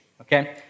okay